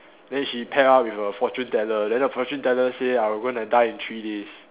then he pair up with a fortune teller then the fortune teller say I'm going to die in three days